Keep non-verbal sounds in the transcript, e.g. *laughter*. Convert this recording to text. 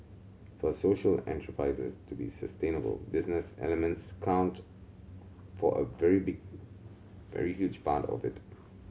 for social enterprises to be sustainable business elements count for a very *unintelligible* very huge part of it